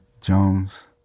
Jones